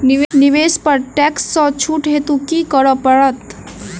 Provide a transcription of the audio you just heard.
निवेश पर टैक्स सँ छुट हेतु की करै पड़त?